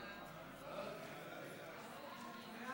סעיפים 1